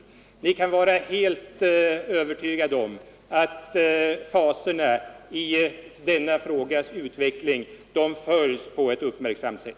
Alla kan vara helt övertygade om att faserna i denna frågas utveckling följs på ett uppmärksamt sätt.